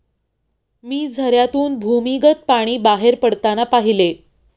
मी झऱ्यातून भूमिगत पाणी बाहेर पडताना पाहिले